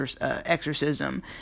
exorcism